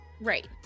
Right